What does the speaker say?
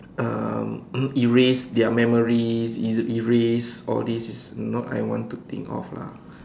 um erase their memories erase all these is not I want to think of lah